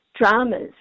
dramas